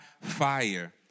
fire